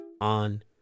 on